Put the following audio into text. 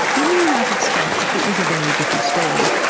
in the united states it was a very different story,